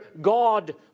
God